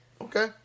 Okay